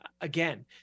Again